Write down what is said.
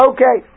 Okay